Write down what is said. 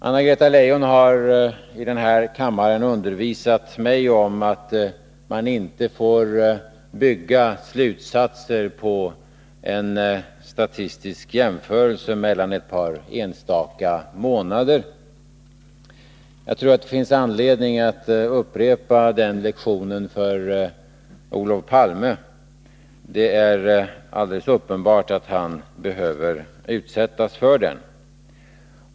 Anna-Greta Leijon har i denna kammare undervisat mig om att man inte får bygga slutsatser på en statistisk jämförelse mellan ett par enstaka månader. Det finns anledning att upprepa den lektionen för Olof Palme. Det är alldeles uppenbart att han behöver utsättas för den.